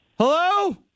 Hello